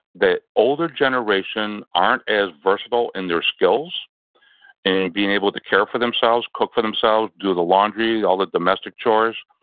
the older generation aren't as versatile in their skills and being able to care for themselves, cook for themselves, do the laundry, all the domestic chores.